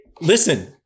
Listen